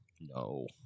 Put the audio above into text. No